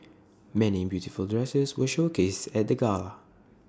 many beautiful dresses were showcased at the gala